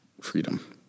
freedom